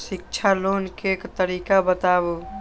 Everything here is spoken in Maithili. शिक्षा लोन के तरीका बताबू?